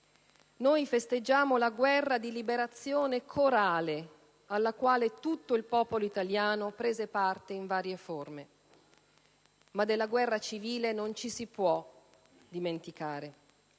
Noi festeggiamo la guerra di liberazione corale, alla quale tutto il popolo italiano prese parte in varie forme. Ma della guerra civile non ci si può dimenticare: